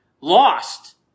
lost